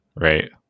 right